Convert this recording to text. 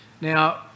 Now